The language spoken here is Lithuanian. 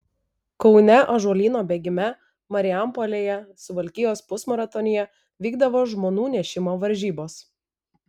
kaune ąžuolyno bėgime marijampolėje suvalkijos pusmaratonyje vykdavo žmonų nešimo varžybos